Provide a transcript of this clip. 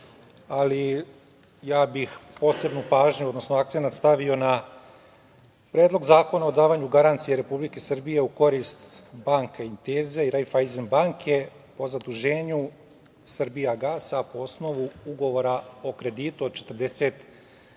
ali ja bih posebnu pažnju, odnosno akcenat stavio na Predlog zakona o davanju garancije Republike Srbije u korist Banca Intesa i Raiffeisen banke po zaduženju „Srbijagasa“, a po osnovu ugovora o kreditu od 40